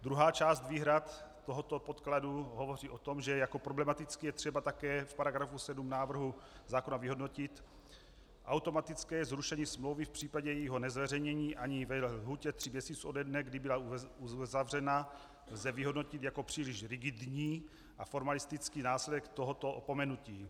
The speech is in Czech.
Druhá část výhrad tohoto podkladu hovoří o tom, že jako problematické je třeba také v § 7 návrhu zákona vyhodnotit automatické zrušení smlouvy v případě jejího nezveřejnění ani ve lhůtě tří měsíců ode dne, kdy byla uzavřena, lze vyhodnotit jako příliš rigidní a formalistický následek tohoto opomenutí.